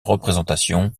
représentation